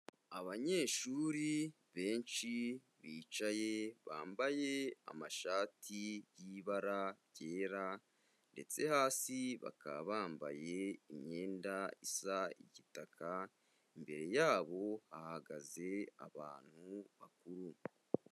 Abanyeshuri benshi bicaye bambaye amashati y'ibara ryera ndetse hasi bakaba bambaye imyenda isa igitaka, imbere yabo hahagaze abantu bakuru.